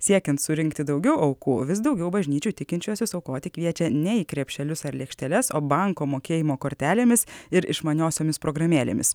siekiant surinkti daugiau aukų vis daugiau bažnyčių tikinčiuosius aukoti kviečia ne į krepšelius ar lėkšteles o banko mokėjimo kortelėmis ir išmaniosiomis programėlėmis